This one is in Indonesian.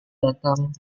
datang